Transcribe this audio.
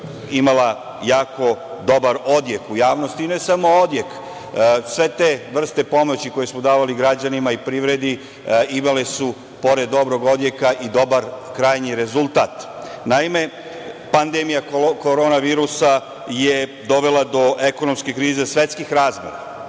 imala jako dobar odjek u javnosti, i ne samo odjek, sve te vrste pomoći koje smo davali građanima i privredi imale su, pored dobrog odjeka, i dobar krajnji rezultat. Naime, pandemija korona virusa je dovela do ekonomske krize svetskih razmera,